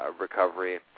recovery